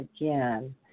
again